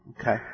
Okay